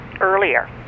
earlier